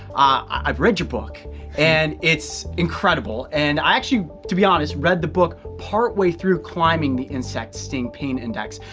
i've read your book and its incredible. and i actually to be honest, read the book part-way through climbing the insect sting pain index.